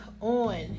on